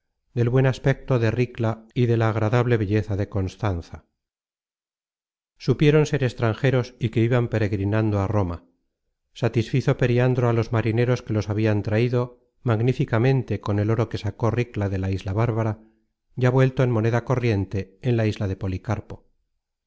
del buen aspecto de ricla y de la agradable belleza de constanza supieron ser extranjeros y que iban peregrinando á roma satisfizo periandro á los marineros que los habian traido magníficamente con el oro que sacó ricla de la isla bárbara ya vuelto en moneda corriente en la isla de policarpo